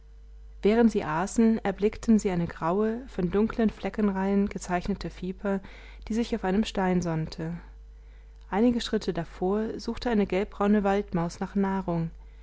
während sie aßen erblickten sie eine graue von dunklen fleckenreihen gezeichnete viper die sich auf einem stein sonnte einige schritte davor suchte eine gelbbraune waldmaus nach nahrung